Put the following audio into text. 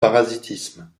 parasitisme